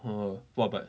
orh walk back